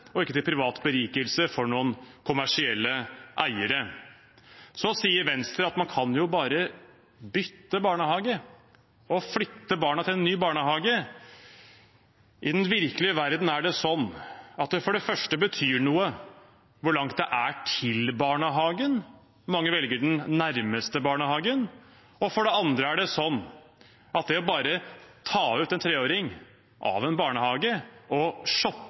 og ikke til privat berikelse for noen kommersielle eiere. Så sier Venstre at man kan jo bare bytte barnehage, flytte barna til en ny barnehage. I den virkelige verden er det sånn at det for det første betyr noe hvor langt det er til barnehagen – mange velger den nærmeste – for det andre er det å ta ut en treåring fra en barnehage og shoppe